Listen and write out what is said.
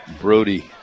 Brody